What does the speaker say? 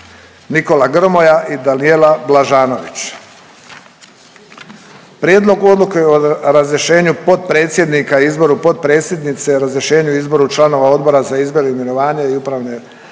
Nikola Grmoja i Danijela Blažanović. Prijedlog Odluke o razrješenju potpredsjednika i izboru potpredsjednice, razrješenju i izboru članova Odbora za izbor, imenovanje i upravne poslove